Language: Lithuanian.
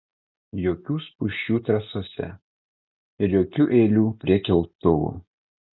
jokių spūsčių trasose ir jokių eilių prie keltuvų